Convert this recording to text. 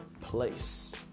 place